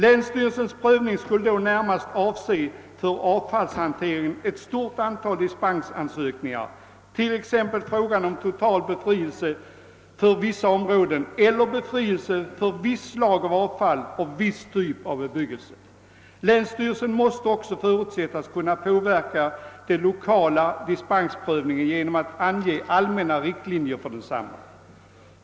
Länsstyrelsens prövning skulle då närmast i fråga om avfallshanteringen avse ett stort antal dispensansökningar, t.ex. frågan om total befrielse för vissa områden eller befrielse för visst slag av avfall och viss typ av bebyggelse. Länsstyrelsen måste också förutsättas kunna påverka den lokala dispensprövningen att ange allmänna riktlinjer för denna.